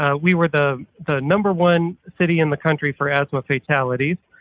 ah we were the the number one city in the country for asthma fatalities.